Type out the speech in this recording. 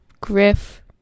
Griff